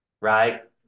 right